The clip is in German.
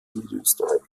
niederösterreich